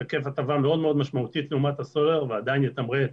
ישקף הטבה מאוד מאוד משמעותית לעומת הסולר ועדיין יתמרץ